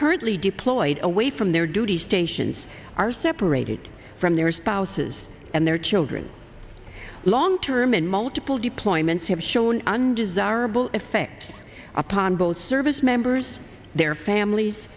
currently deployed away from their duty stations are separated from their spouses and their children long term and multiple deployments have shown undesirable effects upon both servicemembers their families